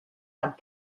tant